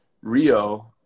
Rio